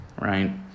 Right